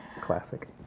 classic